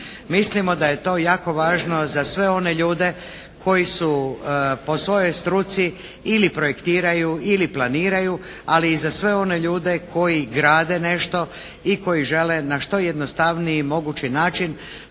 Mislimo da je to jako važno za sve one ljude koji su po svojoj struci ili projektiraju ili planiraju ali i za sve one ljude koji grade nešto i koji žele na što jednostavniji mogući način